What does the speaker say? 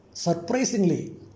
Surprisingly